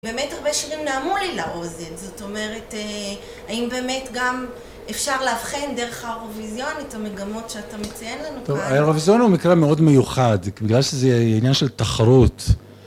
באמת הרבה שירים נעמו לי לאוזן, זאת אומרת, האם באמת גם אפשר לאבחן דרך האירוויזיון את המגמות שאתה מציין לנו כאן? האירוויזיון הוא מקרה מאוד מיוחד, בגלל שזה עניין של תחרות.